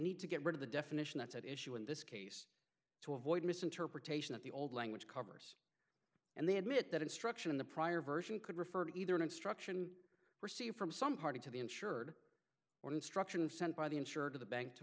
need to get rid of the definition that's at issue in this case to avoid misinterpretation of the old language covers and they admit that instruction in the prior version could refer to either an instruction received from some party to be insured or instruction sent by the insurer to the bank to